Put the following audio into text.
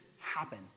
happen